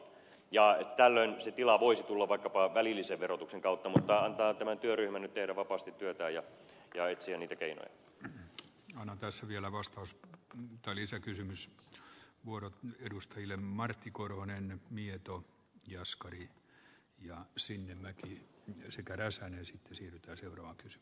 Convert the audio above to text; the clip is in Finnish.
tällöin se tila voisi tulla vaikkapa välillisen verotuksen kautta mutta antaa tämän työryhmän nyt vapaasti tehdä työtään ja etsiä niitä keinoja sen ihanan tässä vielä vastausta tai lisäkysymys muodot edustajille martti korhonen mieto jaskari ja sinnemäki sekä väisänen siirtäisi euroon kyse